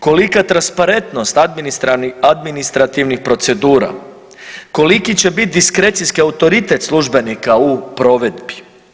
Kolika je transparentnost administrativnih procedura, koliki će biti diskrecijski autoritet službenika u provedbi.